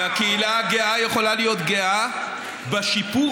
והקהילה הגאה יכולה להיות גאה בשיפור